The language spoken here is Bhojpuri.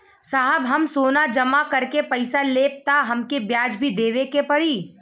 साहब हम सोना जमा करके पैसा लेब त हमके ब्याज भी देवे के पड़ी?